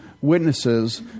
witnesses